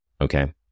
okay